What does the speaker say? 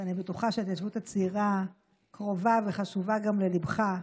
אני בטוחה שההתיישבות הצעירה קרובה וחשובה גם לליבך.